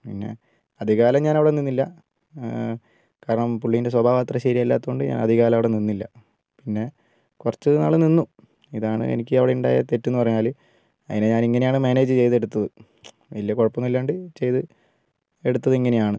പിന്നെ അധികകാലം ഞാൻ അവിടെ നിന്നില്ല കാരണം പുള്ളീൻ്റെ സ്വഭാവം അത്ര ശരിയല്ലാത്തതുകൊണ്ട് ഞാൻ അധികകാലം അവിടെ നിന്നില്ല പിന്നെ കുറച്ച് നാൾ നിന്നു ഇതാണ് എനിക്ക് അവിടെ ഉണ്ടായ തെറ്റ് എന്നു പറഞ്ഞാൽ അതിനെ ഞാൻ ഇങ്ങനെയാണ് മാനേജ് ചെയ്തെടുത്തത് വലിയ കുഴപ്പമൊന്നുമില്ലാണ്ട് ചെയ്ത് എടുത്തത് ഇങ്ങനെയാണ്